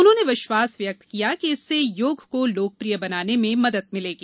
उन्होंने विश्वास व्यक्त किया कि इससे योग को लोकप्रिय बनाने में मदद मिलेगी